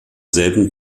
selben